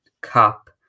cup